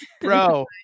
bro